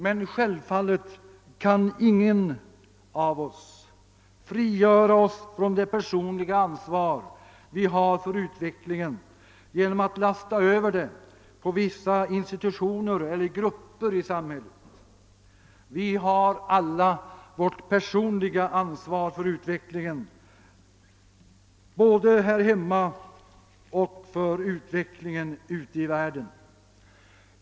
Men självfallet kan ingen av oss frigöra sig från det personliga ansvar vi har för utvecklingen genom att lasta över det på vissa institutioner och grupper i samhället. Vi har alla vårt personliga ansvar för utvecklingen både här hemma och ute i världen.